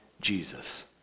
Jesus